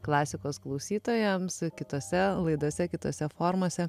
klasikos klausytojams kitose laidose kitose formose